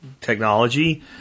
technology